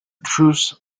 truce